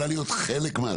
היא יכולה להיות חלק מהסיבה.